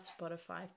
Spotify